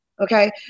okay